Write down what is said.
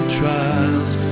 trials